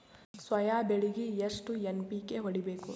Soya ಬೆಳಿಗಿ ಎಷ್ಟು NPK ಹೊಡಿಬೇಕು?